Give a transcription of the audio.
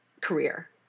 career